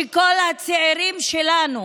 שכל הצעירים שלנו,